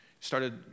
started